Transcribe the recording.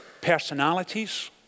personalities